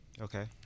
Okay